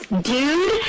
Dude